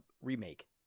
remake